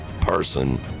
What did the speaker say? person